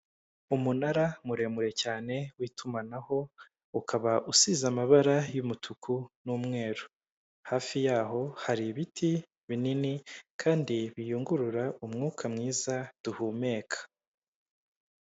Umunara muremure cyane w'itumanaho, ukaba usize amabara y'umutuku n'umweru hafi yaho hari ibiti binini kandi biyungurura umwuka mwiza duhumeka.